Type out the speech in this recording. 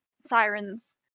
sirens